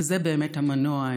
וזה באמת המנוע,